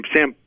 Sam